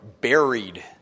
buried